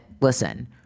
listen